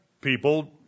people